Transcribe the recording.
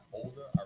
older